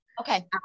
Okay